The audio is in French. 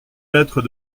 lettre